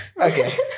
Okay